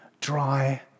dry